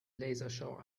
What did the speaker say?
lasershow